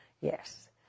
Yes